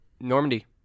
Normandy